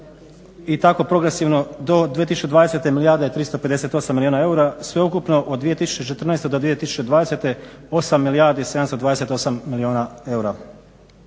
i tako progresivno do 2020. milijarda i 358 milijuna eura. Sveukupno od 2014. do 2020. 8 milijardi i 728 milijuna eura.